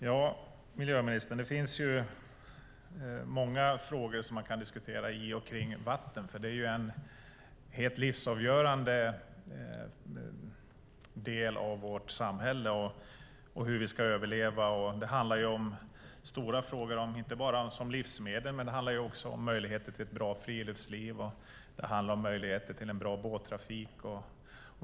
Herr talman! Det finns många frågor som man kan diskutera när det gäller vatten. Det är en livsavgörande del av vårt samhälle. Det handlar inte bara om livsmedel utan också om möjligheter till ett bra friluftsliv och bra båttrafik.